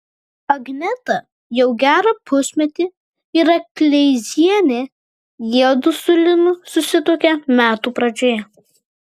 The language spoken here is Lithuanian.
agneta jau gerą pusmetį yra kleizienė jiedu su linu susituokė metų pradžioje